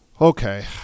Okay